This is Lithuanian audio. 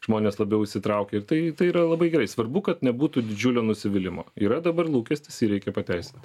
žmonės labiau įsitraukė ir tai tai yra labai gerai svarbu kad nebūtų didžiulio nusivylimo yra dabar lūkestis jį reikia pateisint